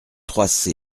trois